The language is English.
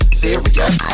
serious